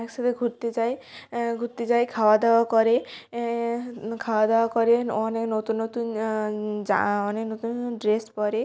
একসাথে ঘুরতে যায় ঘুরতে যায় খাওয়া দাওয়া করে খাওয়া দাওয়া করেন অনেক নতুন নতুন জা অনেক নতুন নতুন ড্রেস পরে